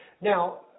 Now